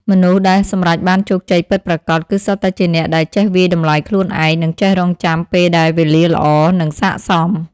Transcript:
មនុស្សដែលសម្រេចបានជោគជ័យពិតប្រាកដ គឺសុទ្ធតែជាអ្នកដែលចេះវាយតម្លៃខ្លួនឯង និងចេះរង់ចាំពេលដែលវេលាល្អ និងសាកសម។